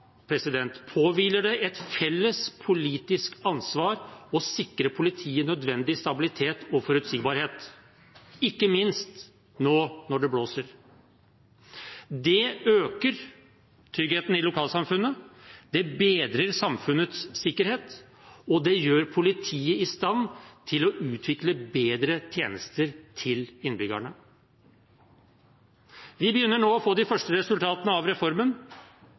påhviler det et felles politisk ansvar å sikre politiet nødvendig stabilitet og forutsigbarhet, ikke minst nå når det blåser. Det øker tryggheten i lokalsamfunnet, det bedrer samfunnets sikkerhet, og det gjør politiet i stand til å utvikle bedre tjenester til innbyggerne. Vi begynner nå å få de første resultatene av reformen.